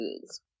foods